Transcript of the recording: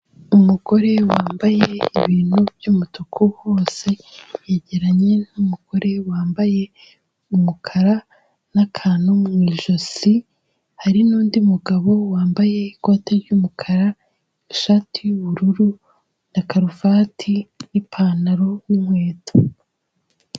Umugore wambaye ibintu by'umutuku hose yegeranye n'umugore wambaye umukara n'akantu mu ijosi, hari n'undi mugabo wambaye ikote ryumukara, ishati y'ubururu na karuvati n'ipantaro n'inkweto.